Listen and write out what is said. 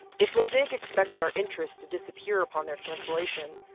if mosaic expected our interests to disappear upon their cancellation,